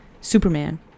Superman